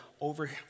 over